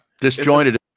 disjointed